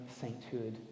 sainthood